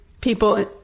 people